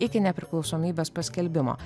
iki nepriklausomybės paskelbimo